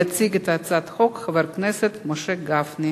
יציג את הצעת החוק חבר הכנסת משה גפני.